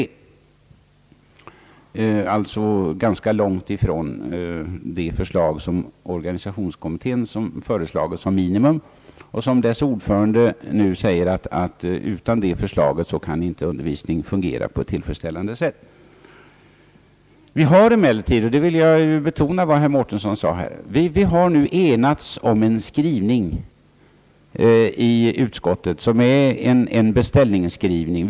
Det är alltså ganska långt från den siffra som organisationskommittén föreslagit såsom minimum och varom dess ordförande nu säger, att förbigås det förslaget kan inte undervisningen fungera på ett tillfredsställande sätt. Vi har emellertid — jag vill här betona vad herr Mårtensson sade — i utskottet enats om en skrivning, som är en beställningsskrivning.